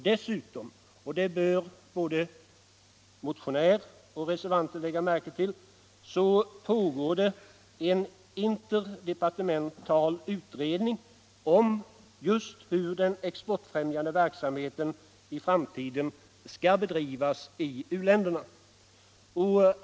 Dessutom — och det bör både motionär och reservanter lägga märke till — pågår det en interdepartemental utredning om just hur den exportfrämjande verksamheten i framtiden skall bedrivas i u-länderna.